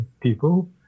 people